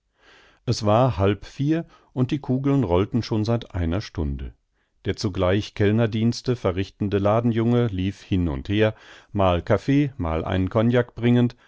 es war halb vier und die kugeln rollten schon seit einer stunde der zugleich kellnerdienste verrichtende ladenjunge lief hin und her mal kaffee mal einen kognak bringend